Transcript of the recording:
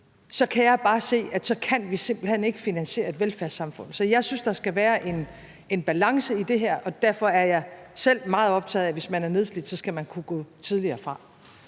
kan jeg bare se, at vi simpelt hen ikke kan finansiere et velfærdssamfund. Så jeg synes, at der skal være en balance i det her, og derfor er jeg selv meget optaget af, at hvis man er nedslidt, skal man kunne gå tidligere fra.